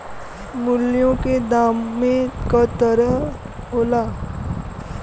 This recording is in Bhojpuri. मूल्यों दामे क तरह होला